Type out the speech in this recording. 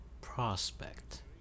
prospect